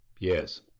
Yes